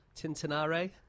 Tintinare